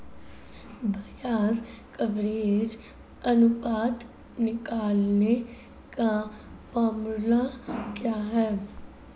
ब्याज कवरेज अनुपात निकालने का फॉर्मूला क्या है?